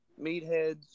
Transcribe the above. meatheads